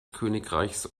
königreichs